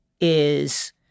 is-